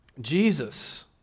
Jesus